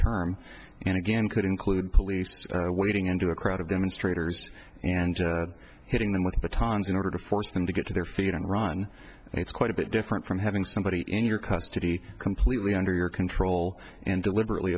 term and again could include police wading into a crowd of demonstrators and hitting them with the tongs in order to force them to get to their feet and run and it's quite a bit different from having somebody in your custody completely under your control and deliberately